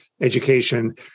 education